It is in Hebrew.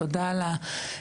תודה על ההתכנסות,